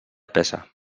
pesa